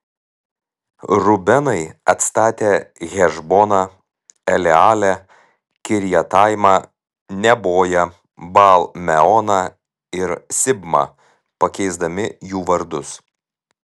rubenai atstatė hešboną elealę kirjataimą neboją baal meoną ir sibmą pakeisdami jų vardus